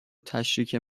تشریک